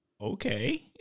okay